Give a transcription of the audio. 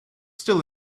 still